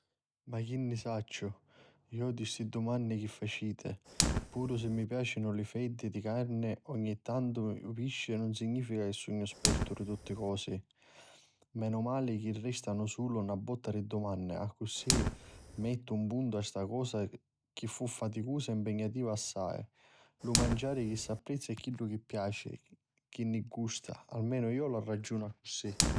Ma chi ni sacciu iu di sti dumanni chi mi faciti. Puru si mi piacinu li feddi di carni e ogni tantu li pisci nun significa chi sugnu spertu di tutti cosi. Menumali chi mi restanu sulu na botta di dumanni d'accusì mettu un puntu a sta cosa chi fu faticusa e mpignativa assai. Lu manciari chi s'apprezza è chiddu chi piaci, chi ni gusta, almenu iu la ragiunu d'accussì.